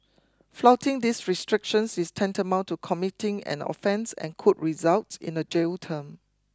flouting these restrictions is tantamount to committing an offence and could result in a jail term